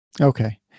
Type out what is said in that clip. Okay